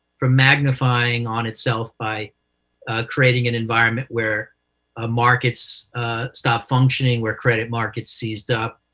from magnifying on itself by creating an environment where ah markets stop functioning, where credit markets seized up.